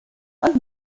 und